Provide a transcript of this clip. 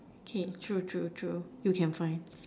okay true true true you can find